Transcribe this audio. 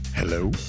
hello